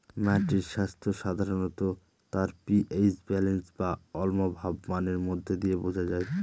মাটির স্বাস্থ্য সাধারনত তার পি.এইচ ব্যালেন্স বা অম্লভাব মানের মধ্যে দিয়ে বোঝা যায়